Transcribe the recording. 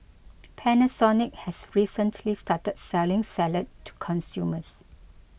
Panasonic has recently started selling salad to consumers